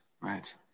right